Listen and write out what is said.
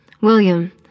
William